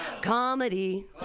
comedy